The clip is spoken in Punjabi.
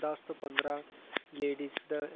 ਦਸ ਤੋਂ ਪੰਦਰਾਂ ਲੇਡੀਜ਼ ਦਾ